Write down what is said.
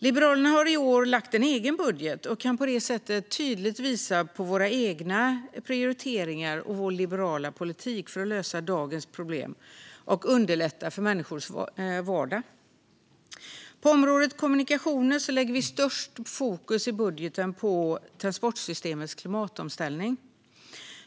Liberalerna har i år lagt en egen budget och kan på det sättet tydligt visa på våra egna prioriteringar och vår liberala politik för att lösa dagens problem och underlätta människors vardag. På området kommunikationer lägger vi störst fokus i budgeten på transportsystemets klimatomställning.